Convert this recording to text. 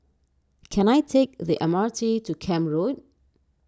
can I take the M R T to Camp Road